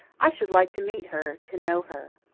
i should like to meet her to know her.